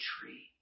tree